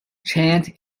chant